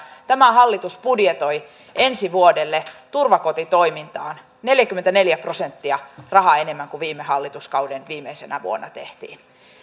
tämä hallitus budjetoi ensi vuodelle turvakotitoimintaan neljäkymmentäneljä prosenttia rahaa enemmän kuin viime hallituskauden viimeisenä vuonna tehtiin